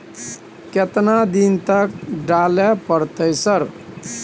केतना दिन तक डालय परतै सर?